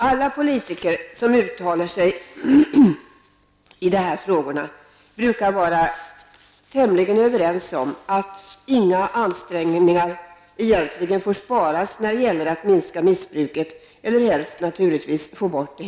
Alla politiker som uttalar sig i de här frågorna brukar vara överens om att inga ansträngningar egentligen får sparas när det gäller att minska missbruket eller helst, naturligtvis, helt få bort det.